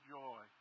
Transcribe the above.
joy